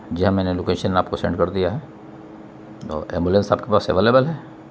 جی ہاں میں نے لوکیشن آپ کو سینڈ کر دیا ہے تو ایمبولینس آپ کے پاس اویلیبل ہے